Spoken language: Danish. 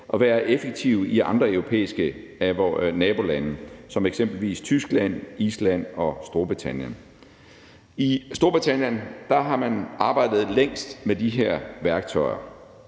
at være effektive i andre europæiske nabolande som eksempelvis Tyskland, Island og Storbritannien. I Storbritannien har man arbejdet længst med de her værktøjer,